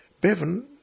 Bevan